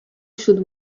should